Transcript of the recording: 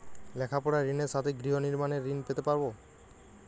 লেখাপড়ার ঋণের সাথে গৃহ নির্মাণের ঋণ নিতে পারব?